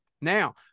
now